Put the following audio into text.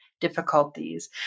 difficulties